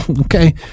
Okay